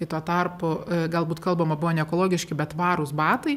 kai tuo tarpu galbūt kalbama buvo ne ekologiški bet tvarūs batai